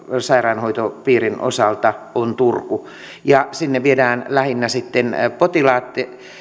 sairaanhoitopiirin osalta on turku ja sinne viedään sitten lähinnä potilaat